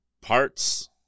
parts